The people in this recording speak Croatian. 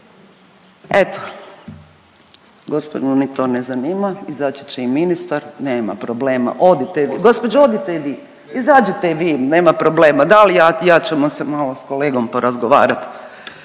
Eto, gospodu ni to ne zanima, izaći će i ministar, nema problema odite, gospođo odite i vi, izađite i vi nema problema, Dalija i ja ćemo se malo s kolegom porazgovarati.